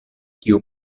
kiu